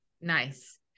Nice